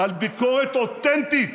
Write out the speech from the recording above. על ביקורת אותנטית